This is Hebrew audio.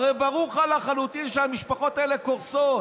הרי ברור לך לחלוטין שהמשפחות האלה קורסות.